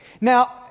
Now